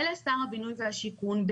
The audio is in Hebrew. ולשר הבינוי והשיכון,